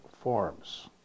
forms